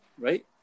right